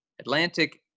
Atlantic